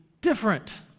different